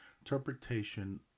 interpretation